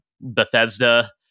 Bethesda